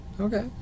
Okay